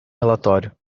relatório